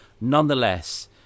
nonetheless